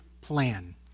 plan